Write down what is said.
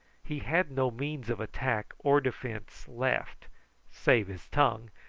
he had no means of attack or defence left save his tongue,